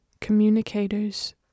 communicators